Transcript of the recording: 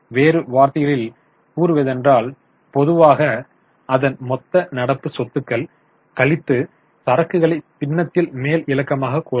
வேறு வார்த்தைகளில் கூறுவதென்றால் பொதுவாக அதன் மொத்த நடப்பு சொத்துக்கள் கழித்து சரக்குகளை பின்னத்தில் மேல் இலக்கமாக கூறலாம்